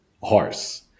Horse